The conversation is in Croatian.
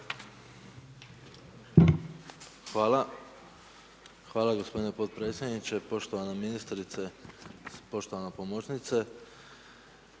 (HDZ)** Hvala gospodine potpredsjedniče. Poštovana ministrice, poštovana pomoćnice.